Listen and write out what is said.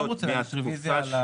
מהתקופה של